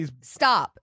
Stop